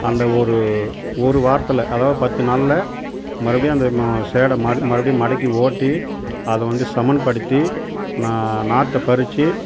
அந்த ஒரு ஒரு வாரத்தில் அதாவது பத்து நாளில் மறுபுடியும் அந்தம சேடை மறு மறுபடியும் மடக்கி ஓட்டி அதை வந்து சமன்படுத்தி நா நாற்றை பறிச்சு